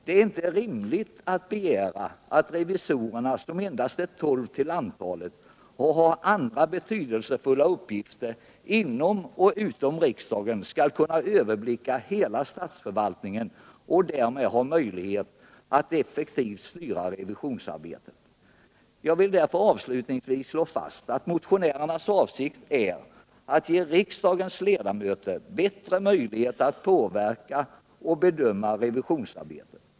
Det är inte rimligt att begära att revisorerna, som endast är tolv till antalet och har andra betydelsefulla uppgifter inom och utom riksdagen, skall kunna överblicka hela statsförvaltningen och därmed ha möjlighet att effektivt styra revisionsarbetet. Jag vill därför avslutningsvis slå fast att motionärernas avsikt är att ge riksdagens ledamöter bättre möjligheter att påverka och bedöma revisionsarbetet.